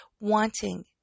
wanting